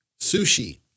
Sushi